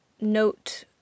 note